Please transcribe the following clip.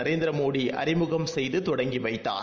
நரேந்திர மோடி அறிமுகம் செய்து தொடங்கி வைத்தார்